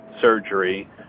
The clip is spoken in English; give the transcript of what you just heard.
surgery